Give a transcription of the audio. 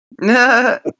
no